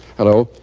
hello,